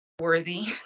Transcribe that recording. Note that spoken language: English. worthy